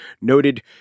noted